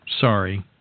Sorry